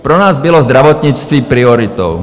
Pro nás bylo zdravotnictví prioritou.